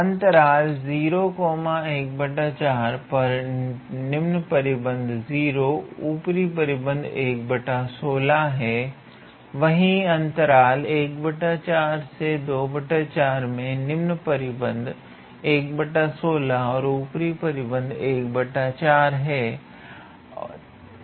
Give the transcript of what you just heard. अंतराल 0 पर निम्न परिबद्ध 0 व ऊपरी परिबद्ध है वही अंतराल में निम्न परिबद्ध व ऊपरी परिबद्ध है